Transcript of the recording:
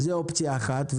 זאת אופציה אחת,